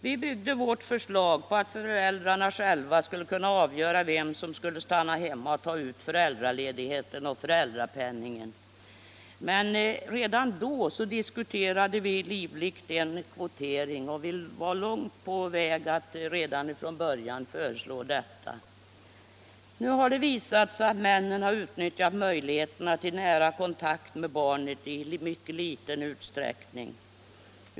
Vi byggde vårt förslag på att föräldrarna själva skulle kunna avgöra vem som skulle stanna hemma och således ta ut föräldraledigheten och föräldrapenningen. Men redan då diskuterade vi livligt en kvotering, och vi var långt på väg att redan från början föreslå detta. Nu har det visat sig att männen utnyttjar möjligheterna till nära kontakt med barnet i mycket liten utsträckning.